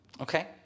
Okay